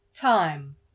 Time